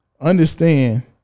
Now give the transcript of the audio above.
understand